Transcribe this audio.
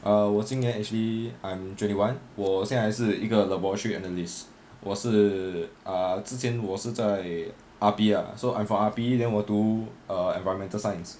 uh 我今年 actually I'm twenty one 我现在还是一个 laboratory analyst 我是 ah 之前我是在 R_P ah so I'm from R_P then 我读 environmental science